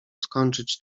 skończyć